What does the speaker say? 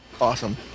Awesome